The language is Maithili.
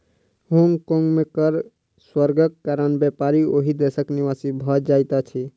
होंग कोंग में कर स्वर्गक कारण व्यापारी ओहि देशक निवासी भ जाइत अछिं